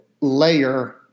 layer